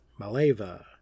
Maleva